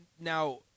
now